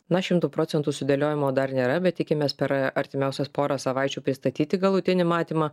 na šimtu procentų sudėliojimo dar nėra bet tikimės per artimiausias porą savaičių pristatyti galutinį matymą